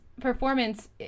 performance